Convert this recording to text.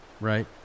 right